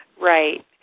right